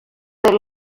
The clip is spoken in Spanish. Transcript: del